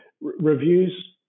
reviews